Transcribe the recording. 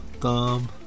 thumb